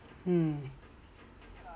um